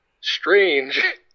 Strange